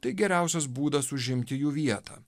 tai geriausias būdas užimti jų vietą